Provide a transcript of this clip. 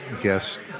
Guest